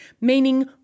meaning